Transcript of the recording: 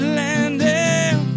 landing